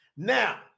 Now